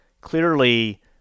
Clearly